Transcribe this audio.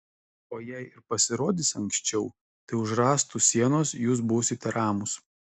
o jei ir pasirodys anksčiau tai už rąstų sienos jūs būsite ramūs